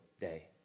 day